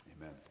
Amen